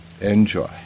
Enjoy